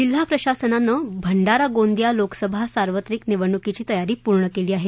जिल्हा प्रशासनानं भंडारा गोंदिया लोकसभा सार्वत्रिक निवडणुकीची तयारी पूर्ण केली आहे